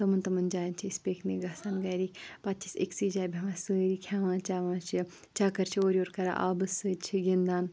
تٕمَن تِمَن جایَن چھِ أسۍ پِکنِک گَژھان گَرِکۍ پَتہٕ چھِ أسۍ أکسٕے جایہِ بیٚہوان سٲری کھیٚوان چَوان چھِ چَکَر چھِ اورٕ یورٕ کَران آبَس سۭتۍ چھِ گِنٛدان